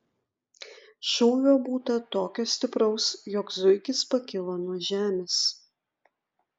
šūvio būta tokio stipraus jog zuikis pakilo nuo žemės